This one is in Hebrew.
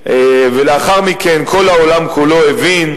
ולאחר מכן כל העולם כולו הבין,